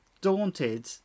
daunted